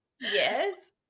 Yes